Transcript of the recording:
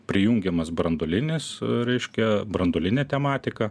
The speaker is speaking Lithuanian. prijungiamas branduolinis reiškia branduolinė tematika